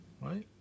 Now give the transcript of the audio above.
right